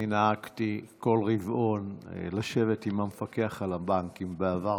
אני נהגתי בכל רבעון לשבת עם המפקח על הבנקים בעבר,